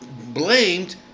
blamed